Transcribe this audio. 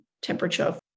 temperature